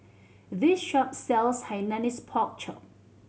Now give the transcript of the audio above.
this shop sells Hainanese Pork Chop